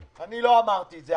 אני לא אמרתי את זה.